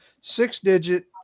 Six-digit